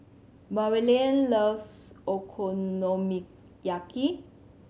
Maryellen loves Okonomiyaki